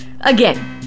Again